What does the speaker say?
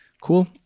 Cool